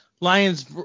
Lions